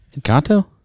Encanto